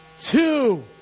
two